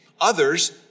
Others